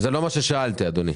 זה לא מה ששאלתי אדוני.